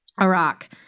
Iraq